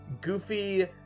goofy